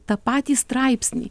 tą patį straipsnį